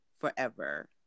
forever